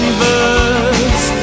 birds